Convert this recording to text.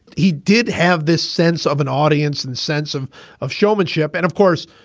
he did have this sense of an audience and sense of of showmanship and, of course,